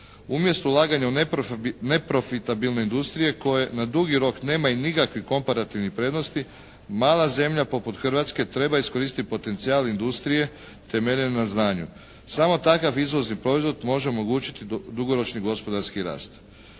Umjesto ulaganja u neprofitabilne industrije koje na dugi rok nemaju nikakvi komparativnih prednosti mala zemlja poput Hrvatske treba iskoristiti potencijal industrije temeljen na znanju. Samo takav izvozni proizvod može omogućiti dugoročni gospodarski rast.